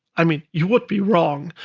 i mean, you would be wrong,